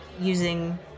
using